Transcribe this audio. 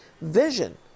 vision